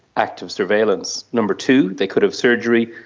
active surveillance. number two, they could have surgery.